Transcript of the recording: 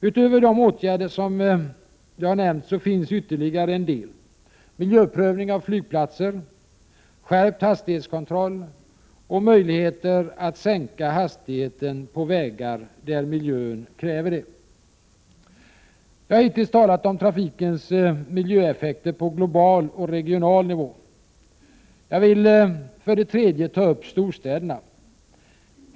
Utöver de åtgärder jag nämnt finns ytterligare en del: miljöprövning av flygplatser, skärpt hastighetskontroll och möjligheter att sänka hastigheten på vägar där miljön kräver det. Jag har hittills talat om trafikens miljöeffekter på global och regional nivå. Jag vill för det tredje ta upp storstäderna.